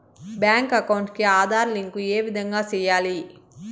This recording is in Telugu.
బ్యాంకు అకౌంట్ కి ఆధార్ లింకు ఏ విధంగా సెయ్యాలి?